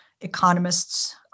economists